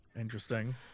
Interesting